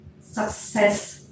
success